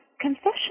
confession